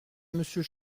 monsieur